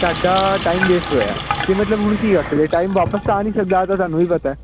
ਤੁਹਾਡਾ time waste ਹੋਇਆ ਤਾਂ ਮਤਲਬ ਹੁਣ ਕੀ ਦੱਸ ਰਹੇ ਟਾਈਮ ਵਾਪਸ ਤਾਂ ਆ ਨਹੀਂ ਸਕਦਾ ਆਹ ਤਾਂ ਤੁਹਾਨੂੰ ਵੀ ਪਤਾ ਹੈ